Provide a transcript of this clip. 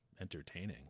entertaining